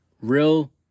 Real